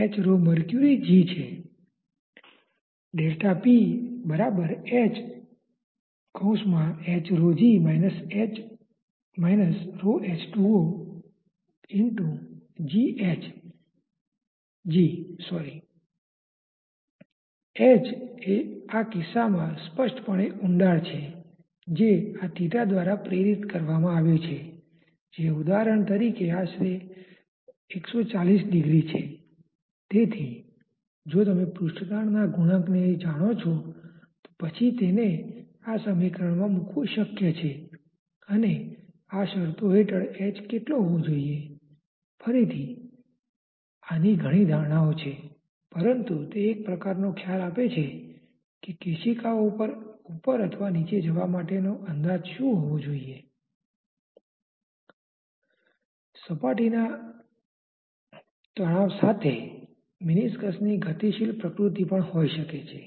boundary લેયરની ધારના કિસ્સામાં તે ભૌતિક દ્રષ્ટિએ એટલું સાહજિક નથી કે ગાણિતિક રીતે એટલું મુશ્કેલ નથી પરંતુ આ નિયંત્રણ વોલ્યુમ કંટ્રોલ વોલ્યુમ દ્વારા વધુ સારૂ ભૌતિક ચિત્ર રજુ કરી શકાય છે